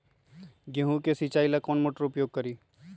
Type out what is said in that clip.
गेंहू के सिंचाई ला कौन मोटर उपयोग करी?